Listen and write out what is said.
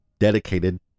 dedicated